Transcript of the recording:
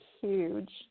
huge